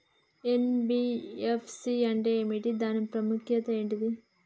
NBFC అంటే ఏమిటి దాని ప్రాముఖ్యత ఏంటిది?